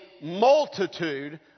multitude